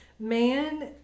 Man